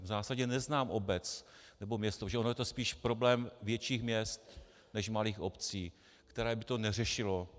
V zásadě neznám obec nebo město, on je to spíš problém větších měst než malých obcí, které by to neřešilo.